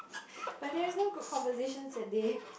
but there is no good conversations that day